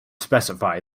specify